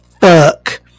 fuck